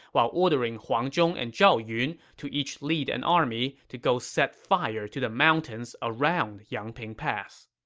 while ordering huang zhong and zhao yun to each lead an army to go set fire to the mountains around yangping pass